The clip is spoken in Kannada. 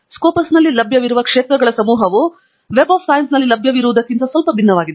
ಸ್ಕೋಪಸ್ನಲ್ಲಿ ಲಭ್ಯವಿರುವ ಕ್ಷೇತ್ರಗಳ ಸಮೂಹವು ವೆಬ್ ಆಫ್ ಸೈನ್ಸ್ನಲ್ಲಿ ಲಭ್ಯವಿರುವುದರಿಂದ ಸ್ವಲ್ಪ ಭಿನ್ನವಾಗಿದೆ